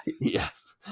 Yes